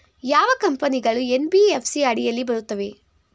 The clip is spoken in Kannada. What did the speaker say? ಯಾವ ಕಂಪನಿಗಳು ಎನ್.ಬಿ.ಎಫ್.ಸಿ ಅಡಿಯಲ್ಲಿ ಬರುತ್ತವೆ?